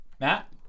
Matt